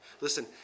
Listen